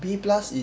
B plus is